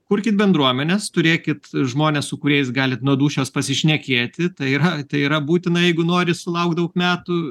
kurkit bendruomenes turėkit žmones su kuriais galit nuo dūšios pasišnekėti tai yra tai yra būtina jeigu nori sulaukt daug metų